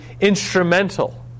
instrumental